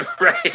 Right